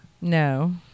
No